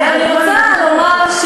אני רוצה לומר,